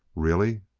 really?